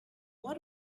what